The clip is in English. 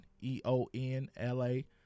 E-O-N-L-A